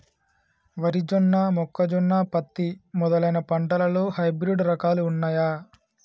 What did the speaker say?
వరి జొన్న మొక్కజొన్న పత్తి మొదలైన పంటలలో హైబ్రిడ్ రకాలు ఉన్నయా?